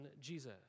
Jesus